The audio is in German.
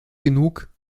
genug